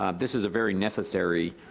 um this is a very necessary,